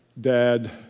dad